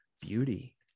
beauty